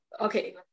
Okay